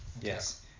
Yes